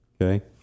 Okay